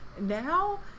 now